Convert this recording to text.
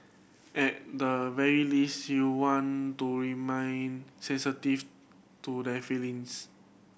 at the very least you want to remain sensitive to their feelings